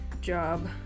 job